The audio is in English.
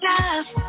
Love